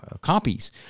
copies